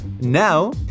Now